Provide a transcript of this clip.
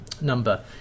number